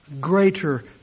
greater